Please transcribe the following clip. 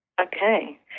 Okay